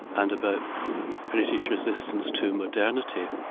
and about british resistance to modernity.